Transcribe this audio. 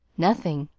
nothing,